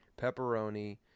pepperoni